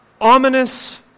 ominous